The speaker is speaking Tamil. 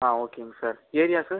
ஆ ஓகேங்க சார் ஏரியா சார்